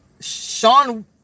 Sean